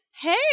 Hey